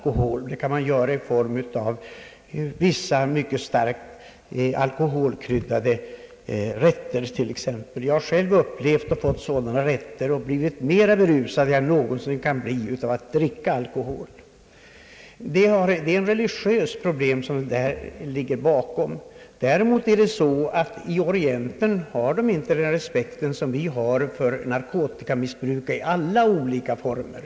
Det är ej förbjudet och det kan man göra i form av vissa mycket starkt alkoholhaltiga rätter. Jag har själv fått sådana rätter och blivit mera berusad än jag någonsin kan bli av att dricka alkohol. Det är ett religiöst problem som här ligger bakom. Däremot har man i Orienten inte den respekt som vi har för narkotikamissbruk i olika former.